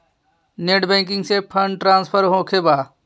Net banking से fund transfer होखें बा?